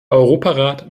europarat